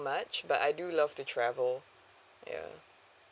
much but I do love to travel yeah